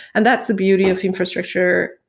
and that's the beauty of infrastructure,